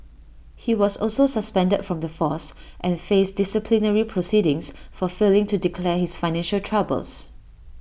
he was also suspended from the force and faced disciplinary proceedings for failing to declare his financial troubles